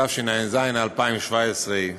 התשע"ז 2017,